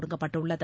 தொடங்கப்பட்டுள்ளது